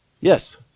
Yes